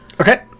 Okay